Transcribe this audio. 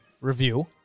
review